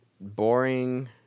boring